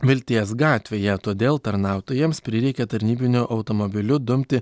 vilties gatvėje todėl tarnautojams prireikė tarnybiniu automobiliu dumti